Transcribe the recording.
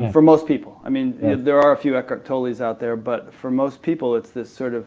um for most people. i mean there are a few eckhart tolles out there, but for most people it's this sort of